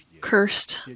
cursed